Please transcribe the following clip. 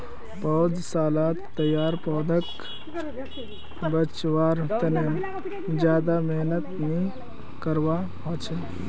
पौधसालात तैयार पौधाक बच्वार तने ज्यादा मेहनत नि करवा होचे